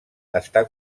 està